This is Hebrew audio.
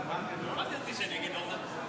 גם אמסלם קיבל שש.